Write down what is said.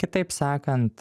kitaip sakant